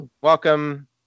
Welcome